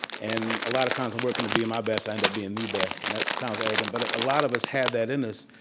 and a lot of times i'm working to be my best, i end up being the best, and that sounds arrogant, but a lot of us have that in us.